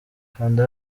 kanda